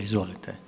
Izvolite.